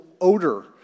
odor